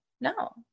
no